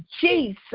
Jesus